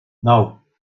nou